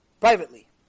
privately